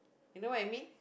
you know what I mean